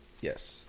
Yes